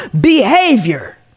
behavior